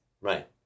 Right